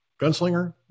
Gunslinger